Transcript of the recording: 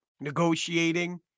negotiating